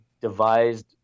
devised